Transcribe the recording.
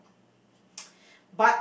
but